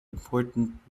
important